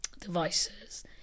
devices